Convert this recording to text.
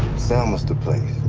selma's the place.